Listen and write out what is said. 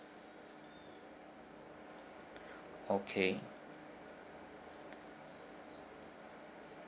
okay